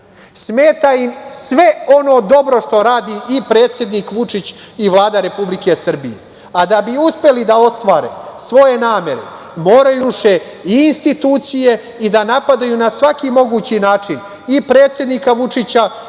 Smeta im sve ono dobro što radi predsednik Vučić i Vlada Republike Srbije. Da bi uspeli da ostvare svoje namere, moraju da uruše i institucije i da napadaju na svaki mogući način i predsednika Vučića